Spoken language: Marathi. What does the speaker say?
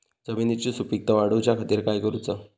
जमिनीची सुपीकता वाढवच्या खातीर काय करूचा?